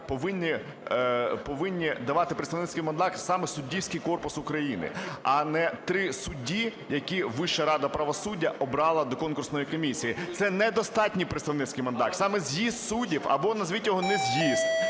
повинні давати представницький мандат саме суддівський корпус України, а не 3 судді, які Вища рада правосуддя обрала до конкурсної комісії, це недостатній представницький мандат. Саме з'їзд суддів, або назвіть його не з'їзд,